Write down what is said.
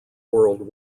world